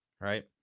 right